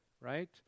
right